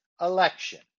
election